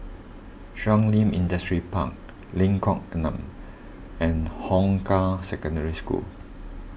Shun Li Industrial Park Lengkong Enam and Hong Kah Secondary School